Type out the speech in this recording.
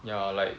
ya like